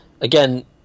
again